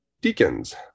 deacons